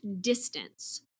distance